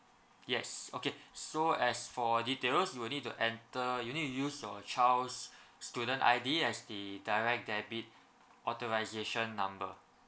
yes okay so as for details you will need to enter you need to use your child's student ID as the direct debit authorisation number